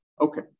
Okay